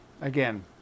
again